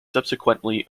subsequently